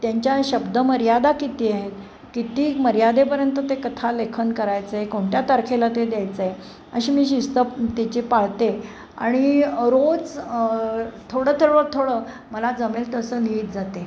त्यांच्या शब्दमर्यादा किती आहेत किती मर्यादेपर्यंत ते कथा लेखन करायचं आहे कोणत्या तारखेला ते द्यायचं आहे अशी मी शिस्त तेथे पाळते आणि रोज थोडं थोडं थोडं मला जमेल तसं लिहीत जाते